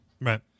right